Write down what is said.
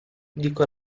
dico